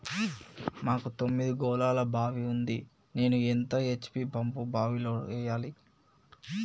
మాకు తొమ్మిది గోళాల బావి ఉంది నేను ఎంత హెచ్.పి పంపును బావిలో వెయ్యాలే?